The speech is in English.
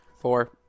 Four